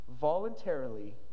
voluntarily